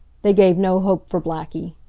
they gave no hope for blackie.